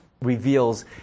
reveals